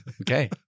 Okay